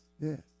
yes